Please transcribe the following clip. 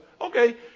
okay